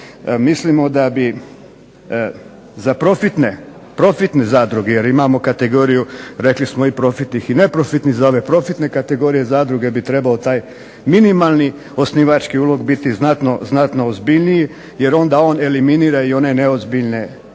Mislimo da bi za profitne, profitne zadruge, jer imamo kategoriju rekli smo i profitnih i neprofitnih zadruga, profitne kategorije zadruge bi trebao taj minimalni osnivački ulog biti znatno ozbiljniji, jer onda on eliminira i one neozbiljne osnivače